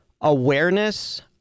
awareness